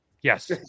Yes